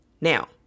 Now